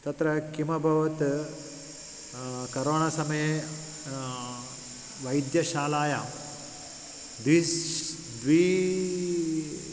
तत्र किमभवत् करोना समये वैद्यशालायां द्विश् द्वी